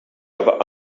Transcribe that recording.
other